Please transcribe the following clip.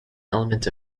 element